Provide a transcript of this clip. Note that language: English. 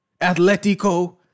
Atletico